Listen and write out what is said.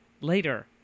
Later